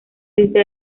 desde